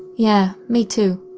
yeah, me too.